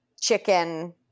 chicken